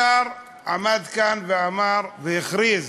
השר עמד כאן ואמר והכריז